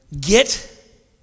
Get